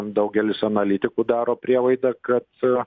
daugelis analitikų daro prielaidą kad